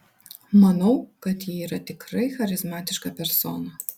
manau kad ji yra tikrai charizmatiška persona